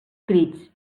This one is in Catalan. crits